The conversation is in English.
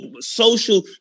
social